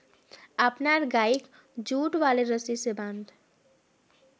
अपनार गइक जुट वाले रस्सी स बांध